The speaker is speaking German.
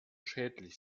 schädlich